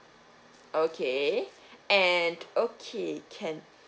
okay and okay can